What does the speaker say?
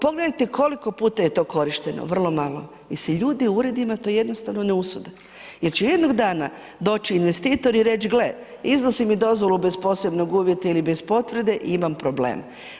Pogledajte koliko je puta to korišteno, vrlo malo jer se ljudi u uredima to jednostavno ne usude jer će jednog dana doći investitori i reć gle, izdao si mi dozvolu bez posebnog uvjeta ili bez potvrde i imam problem.